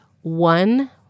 one